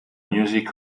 music